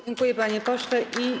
Dziękuję, panie pośle.